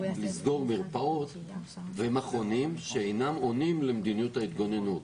לסגור מרפאות שאינן עונות למדיניות ההתגוננות,